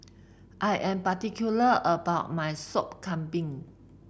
I am particular about my Sop Kambing